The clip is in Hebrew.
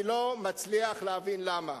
אני לא מצליח להבין למה.